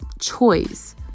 choice